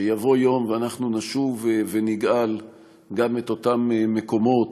שיבוא יום ואנחנו נשוב ונגאל גם את אותם מקומות